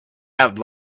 out